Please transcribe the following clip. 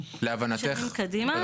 שנים קדימה.